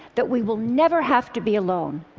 that we will never have to be alone.